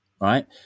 right